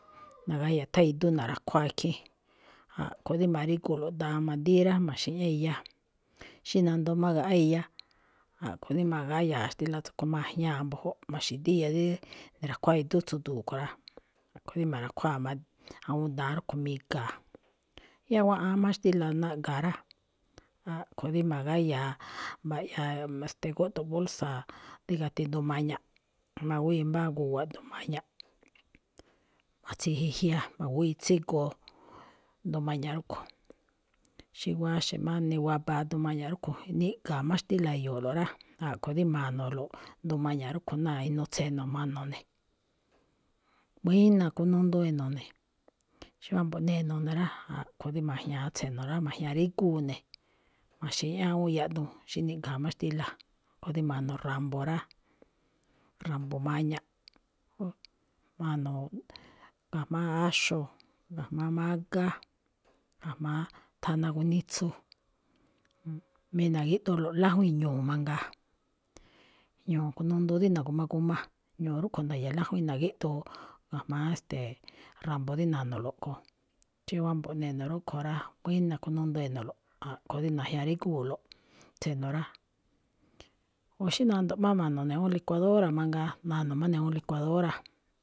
nagáya̱ tháan idú na̱ra̱khuáa ikhín, a̱ꞌkho̱ dí ma̱rígulo̱ꞌ daan madíí rá, ma̱xi̱ñá iya. Xí nandoo má ágaꞌá iya, a̱ꞌkhue̱n dí ma̱gáya̱a̱ xtíla̱ tsúꞌkho̱ ma̱jña̱a mbu̱júꞌ, ma̱xi̱díí iya dí ni̱ra̱kháa idú tsu̱du̱u̱ kho̱ rá, a̱ꞌkhue̱ rí ma̱ra̱khuáa̱ má awúun daan rúꞌkho̱ mi̱ga̱a̱. Yáá wáꞌan má xtíla̱ naꞌga̱a̱ rá, a̱ꞌkho̱ dí ma̱gáya̱a mba̱ꞌyáa, ste̱e̱, gúꞌdo̱ꞌ bolsa dí gati duun maña̱ꞌ, ma̱gúwíi mbá gu̱wa̱ꞌ duun maña̱ꞌ, matsiji jya, ma̱gúwíi tsígoo duun maña̱ꞌ rúꞌkho̱. Xí wáxe̱ má niwabaa duun maña̱ꞌ rúꞌkho̱, niꞌga̱a̱ má xtíla̱ e̱yo̱o̱lo̱ rá, a̱ꞌkho̱ dí ma̱no̱lo̱ꞌ duun maña̱ꞌ rúꞌkho̱ náa inuu tse̱no̱ ma̱no̱ ne̱. Buína kunundu e̱no̱ ne̱. Xí wámbo̱ ne̱no̱ ne̱ rá, a̱ꞌkho̱ rí ma̱jña̱a tse̱no̱ rá, ma̱jña̱rígúu ne̱, ma̱xi̱ꞌñá awúun yaꞌduun, xí niꞌga̱a̱ má xtíla̱, kho̱ rí ma̱no̱ ra̱mbo̱ rá, ra̱mbo̱ maña̱ꞌ, ma̱no̱ ga̱jma̱á áxo̱, ga̱jma̱á mágá, ga̱jma̱á thana gunitsu, mí na̱gíꞌdooloꞌ lájwíin ñu̱u̱ mangaa, ñu̱u̱ kunundu dí na̱gu̱ma g a, ñu̱u̱ rúꞌkhue̱n nda̱ya̱ lájwíin na̱gíꞌdoo ga̱jma̱á, e̱ste̱e̱, ra̱mbo̱ dí na̱no̱lo̱ꞌ kho̱. Xí wámbo̱ꞌ ne̱no̱ rúꞌkho̱ rá, buína̱ kunundu e̱no̱lo̱ꞌ, a̱ꞌkho̱ dí na̱jña̱rígúulo̱ꞌ tse̱no̱ rá. O xí nandoꞌ má ma̱no̱ ne̱ awúun licuadora mangaa, ma̱no̱ má ne̱ awúun licuadora.